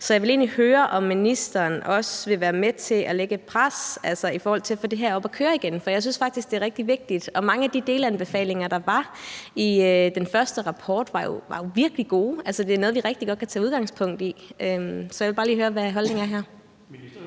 Så jeg vil egentlig også høre, om ministeren vil være med til at lægge et pres i forhold til at få det her op at køre igen. For jeg synes faktisk, det er rigtig vigtigt, og mange af de delanbefalinger, der var i den første rapport, var jo virkelig gode. Altså, det er noget, vi rigtig godt kan tage udgangspunkt i. Så jeg vil bare lige høre, hvad holdningen er her.